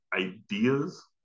ideas